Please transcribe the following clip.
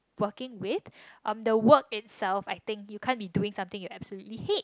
working with the work itself I think you can't be doing something you absolutely hate